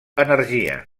energia